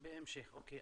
בהמשך, אוקיי.